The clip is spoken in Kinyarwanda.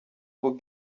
ubu